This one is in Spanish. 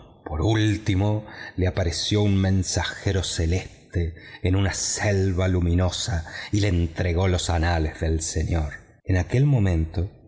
por último le apareció un mensajero celeste en una selva luminosa y le entregó los anales del señor en aquel momento